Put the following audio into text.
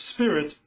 Spirit